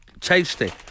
Tasty